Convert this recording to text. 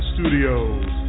Studios